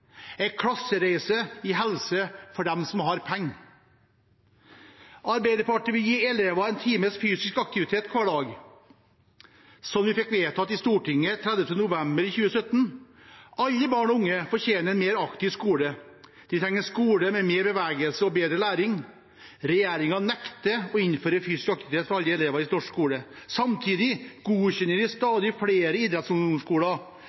klassereise i helse for dem som har penger. Arbeiderpartiet vil gi elever en time fysisk aktivitet hver dag, noe vi fikk vedtatt i Stortinget 30. november 2017. Alle barn og unge fortjener en mer aktiv skole. De trenger en skole med mer bevegelse og bedre læring. Regjeringen nekter å innføre fysisk aktivitet for alle elever i norsk skole. Samtidig godkjenner de